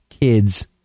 kids